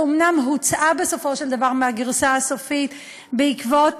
שאומנם הוצאה בסופו של דבר מהגרסה הסופית בעקבות